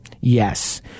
Yes